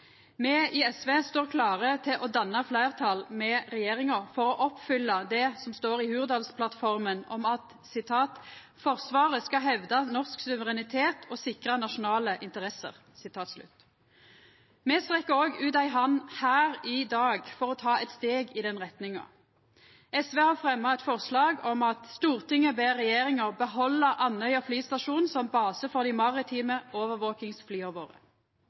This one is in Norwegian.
Me i SV står klare til å danna fleirtal med regjeringa for å oppfylla det som står i Hurdalsplattforma om at «Forsvaret skal hevde norsk suverenitet og sikre nasjonale interesser.» Me strekk òg ut ei hand her i dag for å ta eit steg i den retninga. SV har fremja eit forslag om at «Stortinget ber regjeringa behalda Andøya flystasjon som base for dei maritime overvåkingsflya våre.»